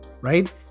right